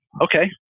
Okay